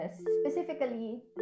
specifically